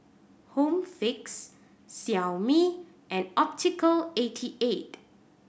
Home Fix Xiaomi and Optical eighty eight